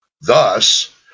Thus